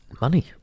money